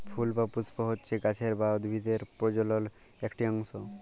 ফুল বা পুস্প হচ্যে গাছের বা উদ্ভিদের প্রজলন একটি অংশ